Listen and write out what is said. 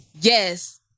Yes